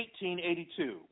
1882